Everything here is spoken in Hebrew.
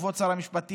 כבוד שר המשפטים,